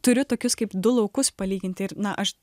turiu tokius kaip du laukus palyginti ir na aš